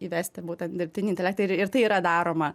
įvesti būtent dirbtinį intelektą ir ir tai yra daroma